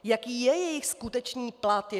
Jaký je jejich skutečný plat?